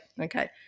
Okay